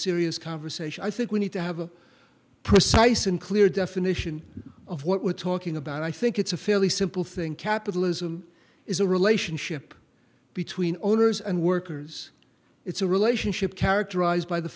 serious conversation i think we need to have a precise and clear definition of what we're talking about i think it's a fairly simple thing capitalism is a relationship between owners and workers it's a relationship characterized by the